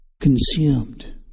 consumed